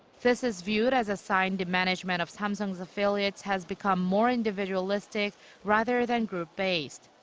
this is viewed as a sign the management of samsung's affiliates has become more individualistic rather than group-based.